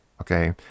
Okay